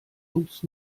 uns